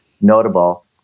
notable